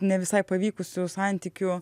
ne visai pavykusių santykių